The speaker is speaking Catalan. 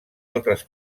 altres